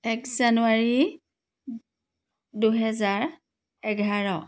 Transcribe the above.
এক জানুৱাৰী দুহেজাৰ এঘাৰ